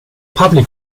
public